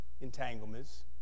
entanglements